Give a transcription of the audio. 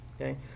Okay